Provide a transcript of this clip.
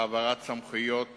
(העברת סמכויות